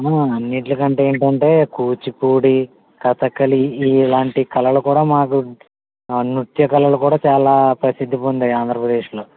అన్నింటికంటే ఏంటంటే కూచిపూడి కథాకళి ఇలాంటి కళలు కూడా మాకు నృత్య కళలు కూడా చాలా ప్రసిద్ధి పొందాయి ఆంధ్రప్రదేశ్లో